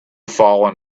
fallen